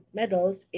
medals